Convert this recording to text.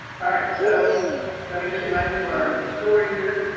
alright so let me just remind you of our story here.